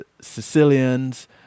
Sicilians